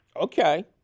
Okay